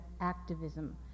activism